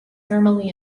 thermally